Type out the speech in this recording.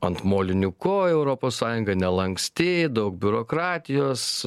ant molinių kojų europos sąjunga nelanksti daug biurokratijos